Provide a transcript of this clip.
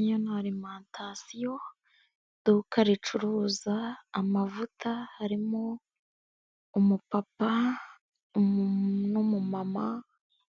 Iyo ni arimantasiyo iduka, ricuruza amavuta harimo umupapa umu mama